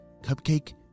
cupcake